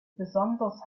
besonders